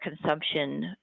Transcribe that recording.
consumption